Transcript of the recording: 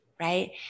right